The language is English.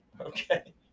Okay